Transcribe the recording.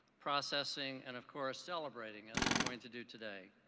processing, and of course, celebrating as we're going to do today.